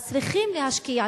אז צריכים להשקיע,